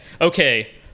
okay